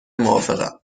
موافقم